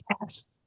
Yes